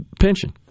pension